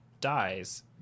dies